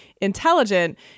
intelligent